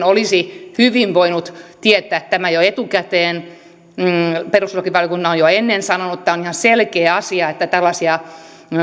olisi hyvin voinut tietää tämän jo etukäteen perustuslakivaliokunta on jo ennen sanonut että on ihan selkeä asia että tällaisia